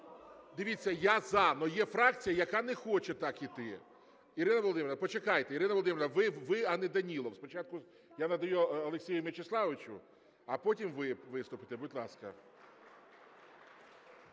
Дивіться, я – за, але є фракція, яка не хоче так йти. Ірина Володимирівна, почекайте. Ірина Володимирівна, ви, а не Данілов. Спочатку я надаю Олексію Мячеславовичу, а потім ви виступите. Будь ласка.